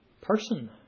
person